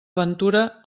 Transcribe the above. ventura